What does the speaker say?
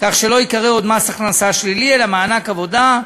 כך שלא ייקרא עוד "מס הכנסה שלילי" אלא "מענק עבודה".